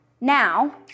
Now